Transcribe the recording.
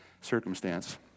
circumstance